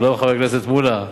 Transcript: שלום, חבר הכנסת מולה.